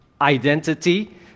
identity